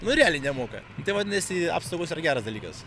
nu realiai nemoka tai vadinasi apsaugos yra geras dalykas